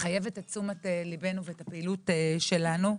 מחייבת תשומת לבנו והפעילות שלנו.